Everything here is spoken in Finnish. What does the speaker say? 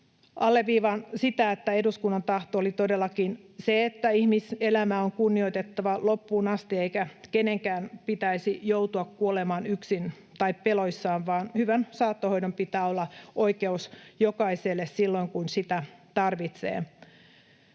Alleviivaan sitä, että eduskunnan tahto oli todellakin se, että ihmiselämää on kunnioitettava loppuun asti eikä kenenkään pitäisi joutua kuolemaan yksin tai peloissaan vaan hyvän saattohoidon pitää olla oikeus jokaiselle silloin, kun sitä tarvitsee.